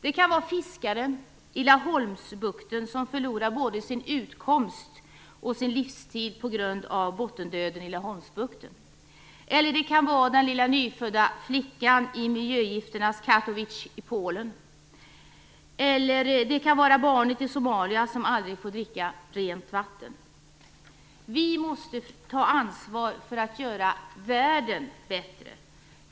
Det kan vara fiskaren i Laholmsbukten som förlorar både sin utkomst och sin livsstil på grund av bottendöden i Laholmsbukten, det kan vara den lilla nyfödda flickan i miljögifternas Katowice i Polen eller det kan vara barnet i Somalia som aldrig får dricka rent vatten. Vi måste ta ansvar för att göra världen bättre.